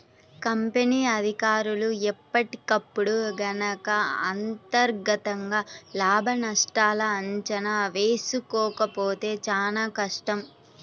company అధికారులు ఎప్పటికప్పుడు గనక అంతర్గతంగా లాభనష్టాల అంచనా వేసుకోకపోతే చానా కష్టం